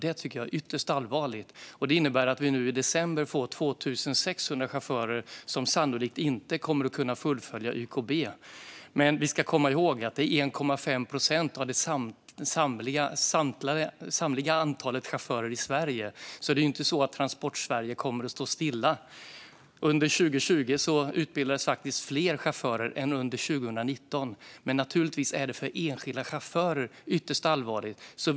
Det är ytterst allvarligt. Det innebär att 2 600 chaufförer sannolikt inte kommer att kunna fullfölja YKB nu i december. Men vi ska komma ihåg att det är 1,5 procent av det samlade antalet chaufförer i Sverige. Det är alltså inte på det sättet att Transportsverige kommer att stå stilla. Under 2020 utbildades faktiskt fler chaufförer än under 2019. Men naturligtvis är det ytterst allvarligt för enskilda chaufförer.